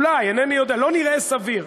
אולי, אינני יודע, לא נראה סביר,